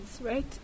right